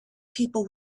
people